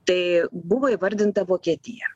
tai buvo įvardinta vokietija